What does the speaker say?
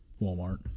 Walmart